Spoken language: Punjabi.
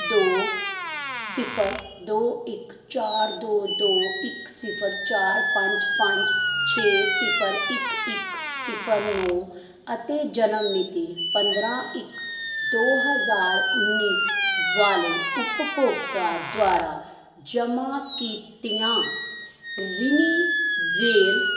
ਦੋ ਸਿਫਰ ਦੋ ਇੱਕ ਚਾਰ ਦੋ ਦੋ ਇੱਕ ਸਿਫਰ ਚਾਰ ਪੰਜ ਪੰਜ ਛੇ ਸਿਫਰ ਇੱਕ ਇੱਕ ਸਿਫਰ ਨੌਂ ਅਤੇ ਜਨਮ ਮਿਤੀ ਪੰਦਰ੍ਹਾਂ ਇੱਕ ਦੋ ਹਜ਼ਾਰ ਉੱਨੀ ਵਾਲੇ ਉਪਭੋਗਤਾ ਦੁਆਰਾ ਜਮ੍ਹਾਂ ਕੀਤੀਆਂ ਰਿਨਿਵੇਲ